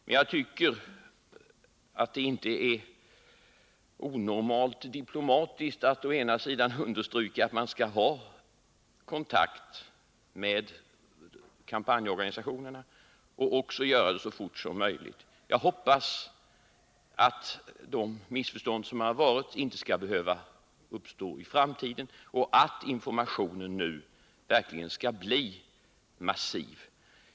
Men jag tycker inte att det är onormalt diplomatiskt att understryka å ena sidan att riksskatteverket och invandrarverket skall hålla kontakt med kampanjorganisationerna och å andra sidan att distributionen avinformationsmaterialet inte får fördröjas. Jag hoppas att informationen nu verkligen skall bli massiv.